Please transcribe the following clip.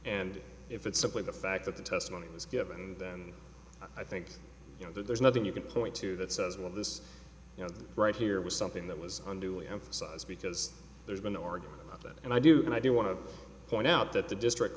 and if it's simply the fact that the testimony was given and then i think you know there's nothing you can point to that says well this you know right here was something that was unduly emphasized because there's been organ of that and i do and i do want to point out that the district